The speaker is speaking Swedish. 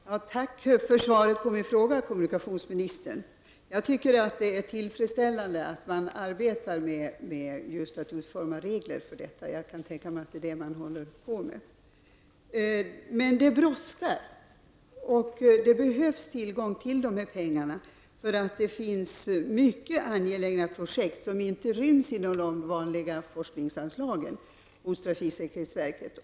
Herr talman! Tack för svaret på min fråga, kommunikationsministern! Det är tillfredsställande att man arbetar med att utforma regler på detta område. Jag kan tänka mig att det är det man håller på med. Men det brådskar, och vi behöver få tillgång till pengarna. Det finns nämligen mycket angelägna projekt, som inte ryms inom de vanliga forskningsanslagen hos trafiksäkerhetsverket.